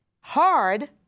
Hard